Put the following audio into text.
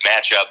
matchup